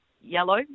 yellow